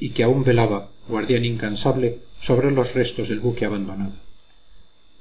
y que aún velaba guardián incansable sobre los restos del buque abandonado